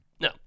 No